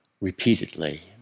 repeatedly